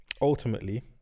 ultimately